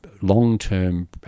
long-term